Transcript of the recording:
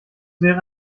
wäre